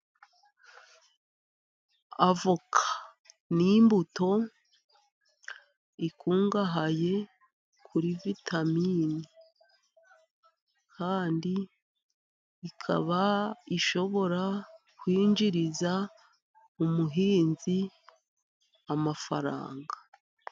Avoka ni imbuto ikungahaye kuri vitamini, kandi ikaba ishobora kwinjiriza umuhinzi amafaranga.